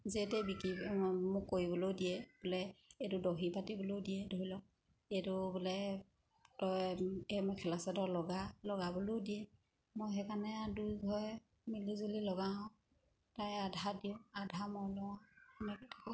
যেই তেই বিক্ৰী মোক কৰিবলৈয়ো দিয়ে বোলে এইটো দহি বাতিবলৈয়ো দিয়ে ধৰি লওক এইটো বোলে তই এই মই মেখেলা চাদৰ লগা লগাবলৈয়ো দিয়ে মই সেইকাৰণে আৰু দুই ঘৰে মিলিজুলি লগাওঁ তাইক আধা দিওঁ আধা মই লওঁ সেনেকৈ